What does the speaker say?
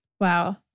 Wow